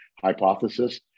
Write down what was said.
hypothesis